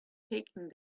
taking